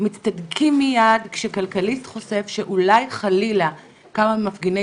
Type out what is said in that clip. מצטדקים מייד כשכלכליסט חושף שאולי חלילה כמה ממפגיני